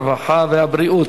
הרווחה והבריאות.